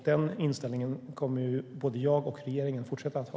Den inställningen kommer både jag och regeringen att fortsätta att ha.